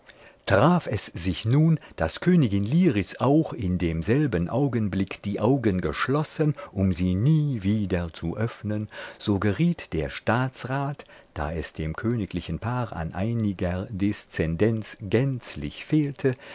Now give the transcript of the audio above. traf es sich nun daß königin liris auch in demselben augenblick die augen geschlossen um sie nie wieder zu öffnen so geriet der staatsrat da es dem königlichen paar an einiger deszendenz gänzlich fehlte